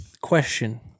Question